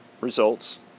results